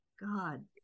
God